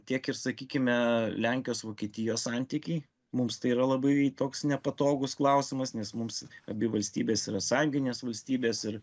tiek ir sakykime lenkijos vokietijos santykiai mums tai yra labai toks nepatogus klausimas nes mums abi valstybės yra sąjunginės valstybės ir